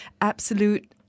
absolute